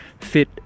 fit